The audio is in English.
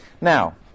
Now